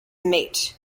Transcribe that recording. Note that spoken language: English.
mate